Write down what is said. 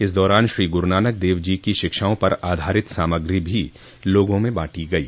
इस दौरान श्री गुरूनानक देव जी की शिक्षाओं पर आधारित सामग्री भी लोगों में बांटी गयी